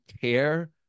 care